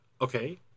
okay